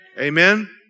Amen